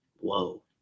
Whoa